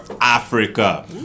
Africa